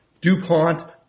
DuPont